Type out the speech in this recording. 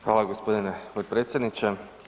Hvala g. potpredsjedniče.